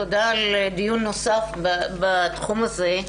תודה על דיון נוסף בתחום הזה.